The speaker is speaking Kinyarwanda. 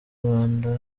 rwanda